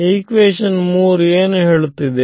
equation 3 ಏನು ಹೇಳುತ್ತಿದೆ